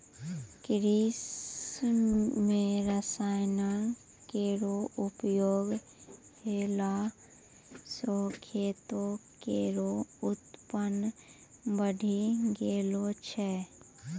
कृषि म रसायन केरो प्रयोग होला सँ खेतो केरो उत्पादन बढ़ी गेलो छै